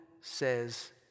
says